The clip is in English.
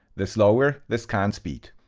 the slower the scan speed,